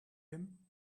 him